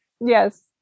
Yes